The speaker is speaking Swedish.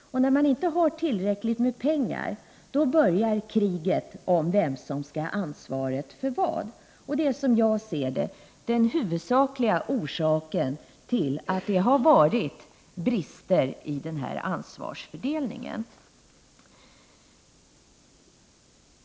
När man inte har tillräckligt med pengar börjar kriget om vem som skall ha ansvaret för vad. Det är, som jag ser det, den huvudsakliga orsaken till att det varit brister i ansvarsfördelningen.